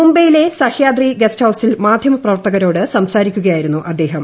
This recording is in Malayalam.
മുംബൈയിലെ സഹ്യാദ്രി ഗസറ്റ് ഹൌസിൽ മാധ്യമപ്രവർത്തകരോട് സംസാരിക്കുകയായിരുന്നു അദ്ദേഹം